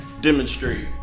Demonstrate